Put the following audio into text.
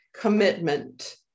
commitment